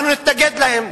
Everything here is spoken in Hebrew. אנחנו נתנגד להם.